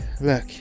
look